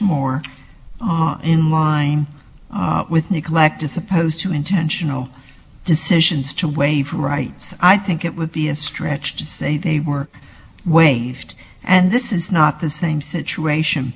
more in line with neglect as opposed to intentional decisions to waive rights i think it would be a stretch to say they were waived and this is not the same situation